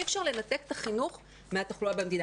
אי-אפשר לנתק את החינוך מהתחלואה במדינה.